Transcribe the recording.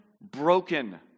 broken